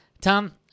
Tom